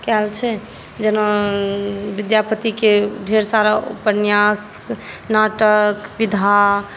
कयल छै जेना विद्यापतिके ढ़ेर सारा उपन्यास नाटक विधा